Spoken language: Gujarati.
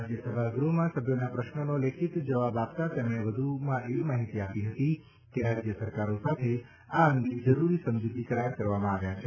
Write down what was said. આજે સભાગૃહમાં સભ્યોના પ્રશ્નનો લેખિતમાં જવાબ આપતાં તેમણે વ્ધુમાં એવી માહીતી આપી કે રાજય સરકારો સાથે આ અંગે જરૂરી સમજૂતી કરાર કરવામાં આવ્યા છે